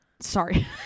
sorry